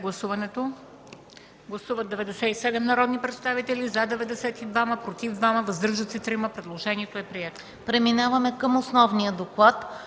Гласували 97 народни представители: за 92, против 2, въздържали се 3. Предложението е прието.